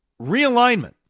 realignment